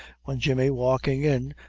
when jemmy, walking in,